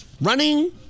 Running